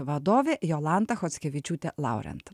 vadovė jolanta chockevičiūtė laurent